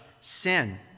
sin